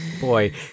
boy